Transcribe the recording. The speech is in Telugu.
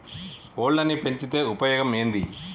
కోళ్లని పెంచితే ఉపయోగం ఏంది?